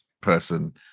person